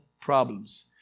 problems